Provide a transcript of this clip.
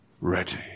ready